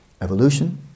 Evolution